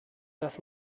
dass